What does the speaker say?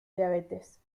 diabetes